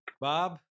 Bob